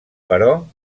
però